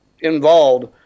involved